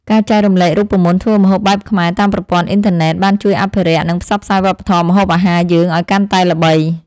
ការចែករំលែករូបមន្តធ្វើម្ហូបបែបខ្មែរតាមប្រព័ន្ធអ៊ីនធឺណិតបានជួយអភិរក្ស និងផ្សព្វផ្សាយវប្បធម៌ម្ហូបអាហារយើងឱ្យកាន់តែល្បី។